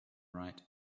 right